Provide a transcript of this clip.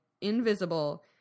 invisible